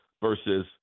versus